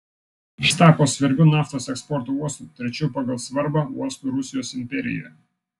jis tapo svarbiu naftos eksporto uostu trečiu pagal svarbą uostu rusijos imperijoje